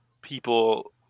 people